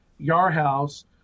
Yarhouse